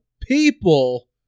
people